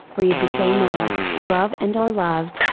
breathe the same air, love and are loved,